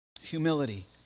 Humility